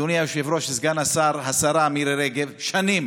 אדוני היושב-ראש, סגן השר, השרה מירי רגב, אומרים